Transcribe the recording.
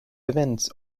events